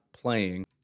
playing